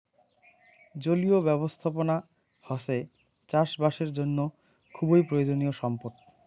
জলীয় ব্যবস্থাপনা হসে চাষ বাসের জন্য খুবই প্রয়োজনীয় সম্পদ